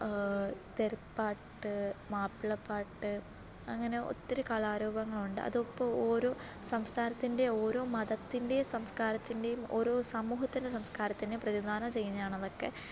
തെറിപ്പാട്ട് മാപ്പിളപ്പാട്ട് അങ്ങനെ ഒത്തിരി കലാരൂപങ്ങളുണ്ട് അതിപ്പോള് ഓരോ സംസ്ഥാനത്തിന്റെയും ഓരോ മതത്തിന്റെയും സംസ്കാരത്തിൻ്റെയും ഓരോ സമൂഹത്തിൻ്റെ സംസ്കാരത്തിൻ്റെയും പ്രതിനിധാനം ചെയ്യുന്നതാണ് അതൊക്കെ